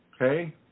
Okay